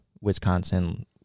Wisconsin